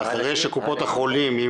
אחרי שקופות החולים,